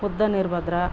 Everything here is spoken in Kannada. ಮುದ್ದನ್ ವೀರ್ಭದ್ರ